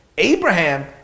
Abraham